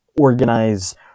organize